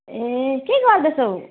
ए के गर्दैछौ